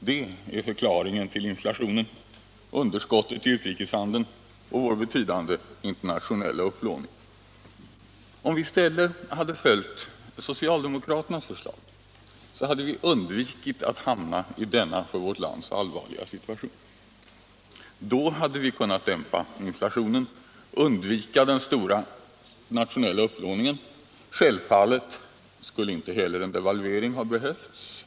Det är förklaringen till inflationen, underskottet i utrikes handeln och vår betydande internationella upplåning. Om man i stället hade följt socialdemokraternas förslag, hade man undvikit att hamna i denna för vårt land så allvarliga situation. Då hade vi kunnat dämpa inflationen och undvika den stora nationella upplåningen. Självfallet skulle inte heller en devalvering ha behövts.